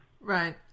right